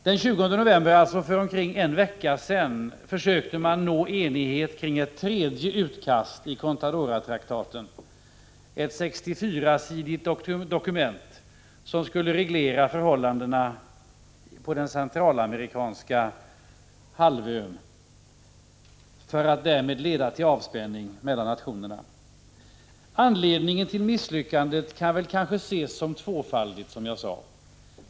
Den 20 november, alltså för omkring en vecka sedan, försökte man nå enighet kring ett tredje utkast i Contadoratraktaten — ett 64-sidigt dokument som skulle reglera förhållandena på den centralamerikanska halvön för att därmed leda till avspänning mellan nationerna. Anledningen till misslyckandet kan väl sägas vara tvåfaldig, som jag sade.